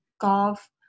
golf